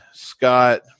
scott